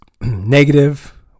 negative